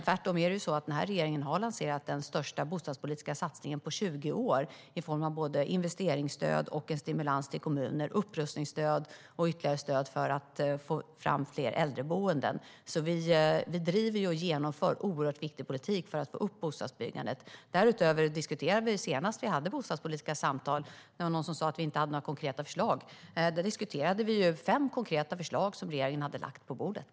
Tvärtom har regeringen lanserat den största bostadspolitiska satsningen på 20 år i form av investeringsstöd, stimulans till kommuner, upprustningsstöd och ytterligare stöd för att få fram fler äldreboenden. Vi driver och genomför viktig politik för att få upp bostadsbyggandet. Det var någon som sa att vi inte har några konkreta förslag, men senast vi hade bostadspolitiska samtal diskuterade vi fem konkreta förslag som regeringen har lagt på bordet.